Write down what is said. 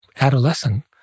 adolescent